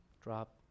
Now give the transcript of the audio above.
Drop